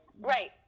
Right